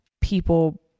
people